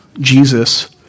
Jesus